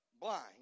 blind